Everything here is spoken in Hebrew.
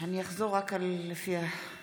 אחזור על השמות.